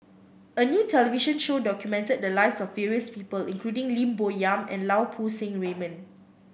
a new television show documented the lives of various people including Lim Bo Yam and Lau Poo Seng Raymond